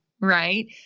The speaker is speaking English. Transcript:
right